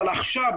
אבל עכשיו,